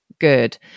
good